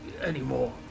anymore